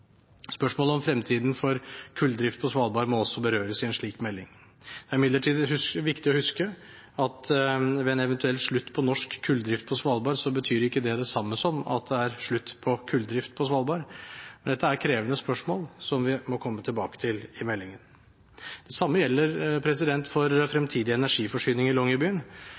Spørsmålet om fremtidig kulldrift på Svalbard må også berøres i en slik melding. Det er imidlertid viktig å huske at en eventuell slutt på norsk kulldrift på Svalbard ikke betyr at det er slutt på kulldrift på Svalbard. Men dette er krevende spørsmål, som vi må komme tilbake til i meldingen. Det samme gjelder fremtidig energiforsyning i Longyearbyen. Det er nå gjennomført en oppgradering av kraftverket, som i